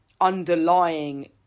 underlying